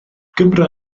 gymra